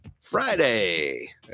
friday